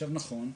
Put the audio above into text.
נכון,